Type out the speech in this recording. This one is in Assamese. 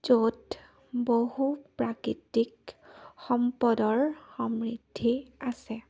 য'ত বহু প্ৰাকৃতিক সম্পদৰ সমৃদ্ধি আছে